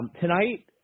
Tonight